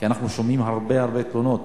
כי אנחנו שומעים הרבה-הרבה תלונות.